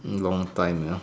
long time ya